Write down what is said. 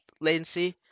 latency